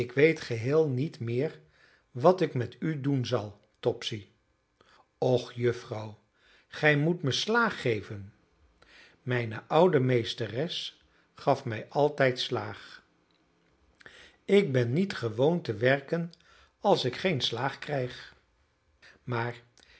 ik weet geheel niet meer wat ik met u doen zal topsy och juffrouw gij moet me slaag geven mijne oude meesteres gaf mij altijd slaag ik ben niet gewoon te werken als ik geen slaag krijg maar